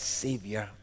savior